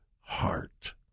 heart